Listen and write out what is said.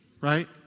right